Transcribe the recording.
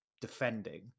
defending